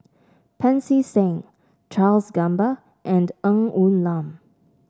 Pancy Seng Charles Gamba and Ng Woon Lam